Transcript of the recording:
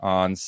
on